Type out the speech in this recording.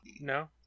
No